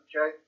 Okay